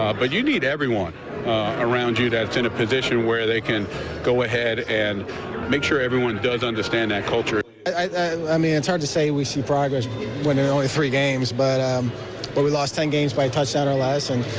ah but you need everyone around you that's in a position where they can go ahead and sure everyone does understand that culture. i mean, it's hard to say we've seen progress when there are only three games but um but we ross ten games by a touchdown or less and